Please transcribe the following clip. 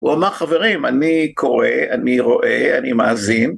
הוא אמר חברים אני קורא, אני רואה, אני מאזין.